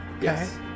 Yes